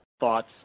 Thoughts